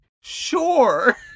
sure